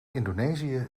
indonesië